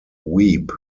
weep